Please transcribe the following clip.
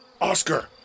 Oscar